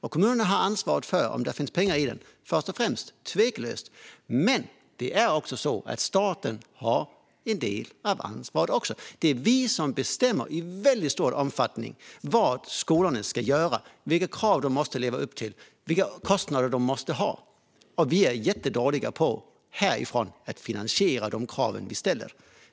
Kommunerna har först och främst ansvaret för att det finns pengar i den - tveklöst. Men staten har också en del av ansvaret. Det är vi som i väldigt stor omfattning bestämmer vad skolorna ska göra, vilka krav de måste leva upp till och vilka kostnader de måste ha, och vi är jättedåliga på att finansiera de krav vi ställer.